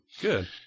good